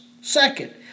Second